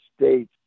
States